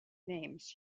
names